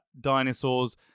dinosaurs